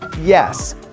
yes